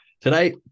today